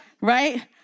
right